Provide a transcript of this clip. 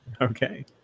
Okay